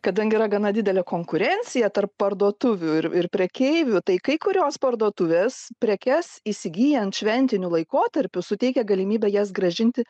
kadangi yra gana didelė konkurencija tarp parduotuvių ir ir prekeivių tai kai kurios parduotuvės prekes įsigyjant šventiniu laikotarpiu suteikia galimybę jas grąžinti